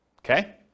okay